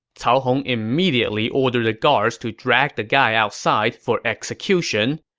cao hong immediately ordered the guards to drag the guy outside for execution.